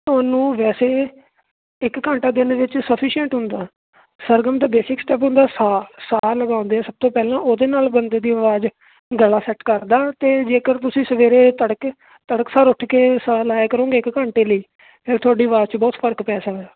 ਤੁਹਾਨੂੰ ਵੈਸੇ ਇੱਕ ਘੰਟਾ ਦਿਨ ਵਿੱਚ ਸਫੀਸ਼ੀਐਂਟ ਹੁੰਦਾ ਸਰਗਮ ਤਾਂ ਬੇਸਿਕਸ ਸਟੈਪ ਹੁੰਦਾ ਸਾ ਸਾ ਲਗਾਉਂਦੇ ਸਭ ਤੋਂ ਪਹਿਲਾਂ ਉਹਦੇ ਨਾਲ ਬੰਦੇ ਦੀ ਆਵਾਜ਼ ਗਲਾ ਸੈਟ ਕਰਦਾ ਅਤੇ ਜੇਕਰ ਤੁਸੀਂ ਸਵੇਰੇ ਤੜਕੇ ਤੜਕ ਸਾਰ ਉੱਠ ਕੇ ਸਾਹ ਲਾਇਆ ਕਰੋਗੇ ਇੱਕ ਘੰਟੇ ਲਈ ਫਿਰ ਤੁਹਾਡੀ ਆਵਾਜ਼ 'ਚ ਬਹੁਤ ਫਰਕ ਪੈ ਸਕਦਾ